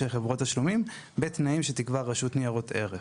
חברות תשלומים בתנאים שתקבע הרשות לניירות ערך.